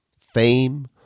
fame